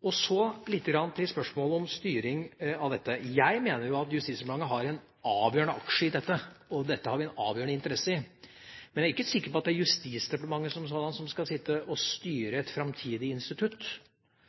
Og så litt til spørsmålet om styringen av dette. Jeg mener jo at Justisdepartementet har en avgjørende aksje i dette, og dette har vi avgjørende interesse i. Jeg er ikke sikker på om det er Justisdepartementet som skal sitte og styre et framtidig institutt.